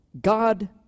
god